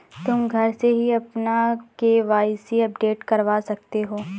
तुम घर से ही अपना के.वाई.सी अपडेट करवा सकते हो